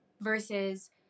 versus